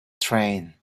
train